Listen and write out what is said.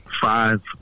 five